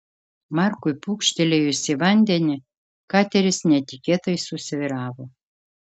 markui pūkštelėjus į vandenį kateris netikėtai susvyravo